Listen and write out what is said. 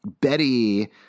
Betty